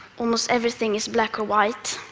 almost everything is black or white.